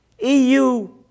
EU